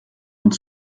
und